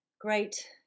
great